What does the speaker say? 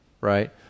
right